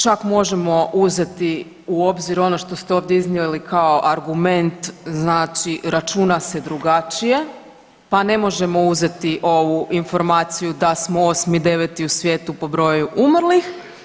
Čak možemo uzeti u obzir ono što ste ovdje iznijeli kao argument, znači računa se drugačije pa ne možemo uzeti ovu informaciju da smo osmi, deveti u svijetu po broju umrlih.